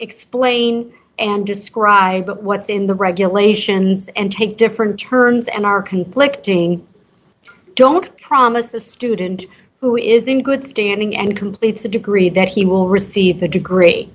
explain and describe what's in the regulations and take different terms and are conflicting don't promise a student who is in good standing and completes a degree that he will receive the degree